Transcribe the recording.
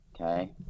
okay